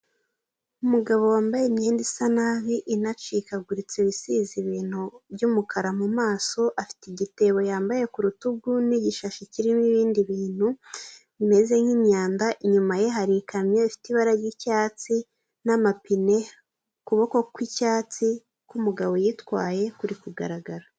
Umugabo wambaye imyenda isa nabi inacikaguritse ibisize ibintu by'umukara mu maso, afite igitebo yambaye ku rutugu n'igishashi kirimo ibindi bintu bimeze nk'imyanda, inyuma ye hari ikamyo ifite ibara ry'icyatsi n'amapine ukuboko kw'icyatsi k'umugabo yitwaye kuri kugaragara.